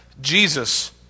Jesus